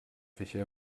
fische